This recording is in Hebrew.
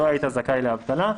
לא היית זכאי לאבטלה.